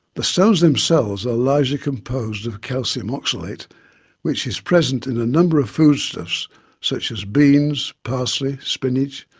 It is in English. the stones themselves are largely composed of calcium oxalate which is present in a number of foodstuffs such as beans, parsley, spinach,